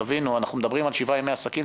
תבינו: אנחנו מדברים על שבעה ימי עסקים,